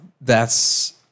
that's-